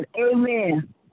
Amen